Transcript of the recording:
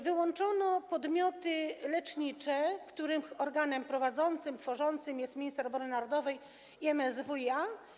Wyłączono podmioty lecznicze, których organem prowadzącym, tworzącym jest minister obrony narodowej i MSWiA.